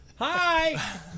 Hi